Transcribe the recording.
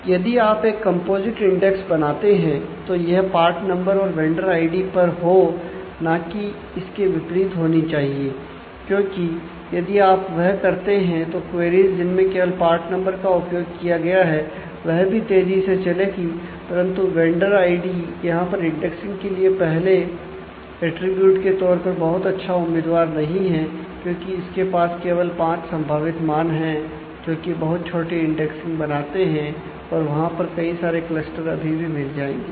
अब यदि आप एक कंपोजिट इंडेक्स अभी भी मिल जाएंगे